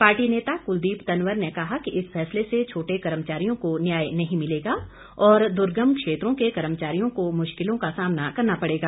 party नेता कुलदीप तनवर ने कहा कि इस फैसले से छोटे कर्मचारियों को न्याय नहीं मिलेगा और दुर्गम क्षेत्रों के कर्मचारियों को मुश्किलों का सामना करना पड़ेगा